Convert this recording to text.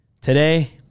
Today